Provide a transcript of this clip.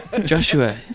Joshua